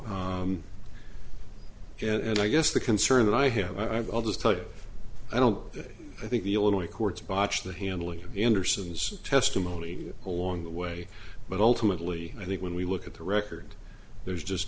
so and i guess the concern that i have i've others tell you i don't i think the illinois courts botched the handling of anderson's testimony along the way but ultimately i think when we look at the record there's just